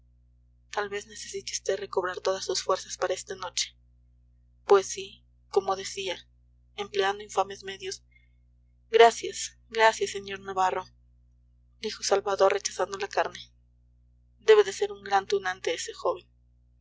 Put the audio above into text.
tal vez necesite vd recobrar todas sus fuerzas para esta noche pues sí como decía empleando infames medios gracias gracias sr navarro dijo salvador rechazando la carne debe de ser un gran tunante ese joven